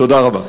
תודה רבה.